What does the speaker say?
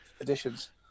additions